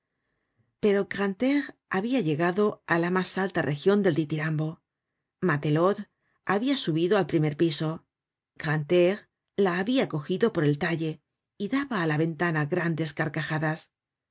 pero grantaire habia llegado á la mas alta region del ditirambo matelote habia subido al primer piso grantaire la habia cogido por el talle y daba á la ventana grandes carcajadas